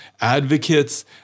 advocates